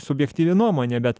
subjektyvi nuomonė bet